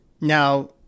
Now